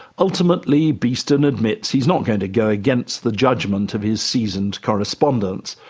ultimately beeston admits he's not going to go against the judgment of his seasoned correspondents.